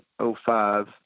05